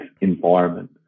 environment